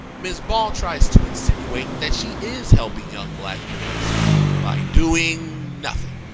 ms. ball tries to insinuate that she is helping young black boys by doing. nothing.